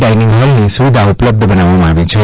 dining હૉલની સુવિધાઓ ઉપલબ્ધ બનાવવામાં આવી છે